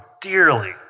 dearly